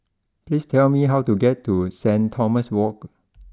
please tell me how to get to Saint Thomas walk